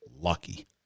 lucky